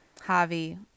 Javi